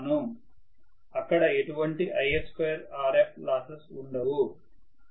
అక్కడ ఎటువంటి If2Rf losses ఉండవు